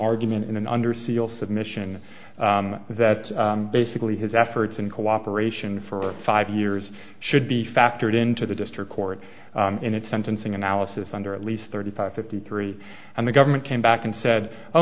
argument in an under seal submission that basically his efforts and cooperation for five years should be factored into the district court in its sentencing analysis under at least thirty five fifty three and the government came back and said oh